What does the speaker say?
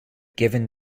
given